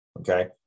okay